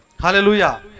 Hallelujah